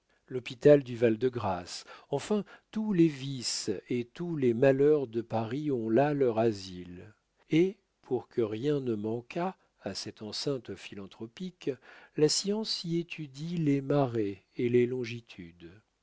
l'hôpital du val-de-grâce enfin tous les vices et tous les malheurs de paris ont là leur asile et pour que rien ne manquât à cette enceinte philanthropique la science y étudie les marées et les longitudes